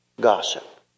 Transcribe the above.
gossip